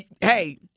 Hey